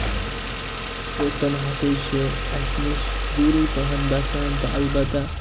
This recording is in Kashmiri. تہٕ تِم ہَسا چھِ اَسہِ نِش دوٗرے پَہم بَسان تہٕ اَلبتہٕ